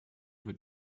wird